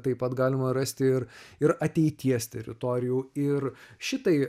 taip pat galima rasti ir ir ateities teritorijų ir šitai